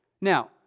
Now